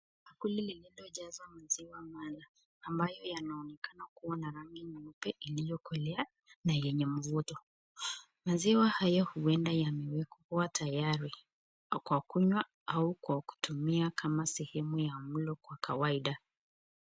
Kundi lililo jazwa maziwa mala, ambayo yanaonekana kuwa na rangi nyeupe iliyokolea na yenye mvuto, maziwa haya huenda yamewekwa tayari kwa kunywa, ama kwa kutumia kama sehemu ya mlo kwa kawaida.